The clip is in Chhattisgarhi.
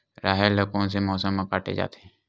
राहेर ल कोन से मौसम म काटे जाथे?